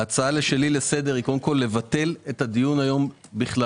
ההצעה שלי לסדר היא קודם כול לבטל את הדיון היום בכללותו.